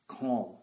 Calm